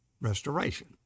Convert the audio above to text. Restoration